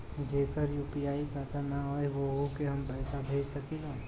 जेकर यू.पी.आई खाता ना होई वोहू के हम पैसा भेज सकीला?